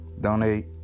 Donate